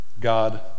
God